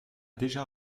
déjà